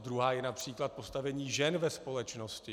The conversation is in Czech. Druhá je například postavení žen ve společnosti.